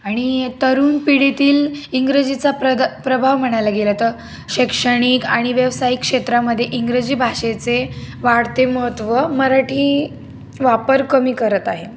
आणि तरुण पिढीतील इंग्रजीचा प्रदा प्रभाव म्हणायला गेला तर शैक्षणिक आणि व्यवसायिक क्षेत्रामध्ये इंग्रजी भाषेचे वाढते महत्त्व मराठी वापर कमी करत आहे